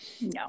no